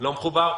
לא מחובר?